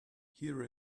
here